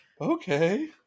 Okay